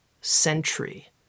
sentry